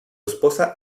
esposa